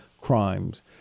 crimes